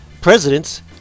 presidents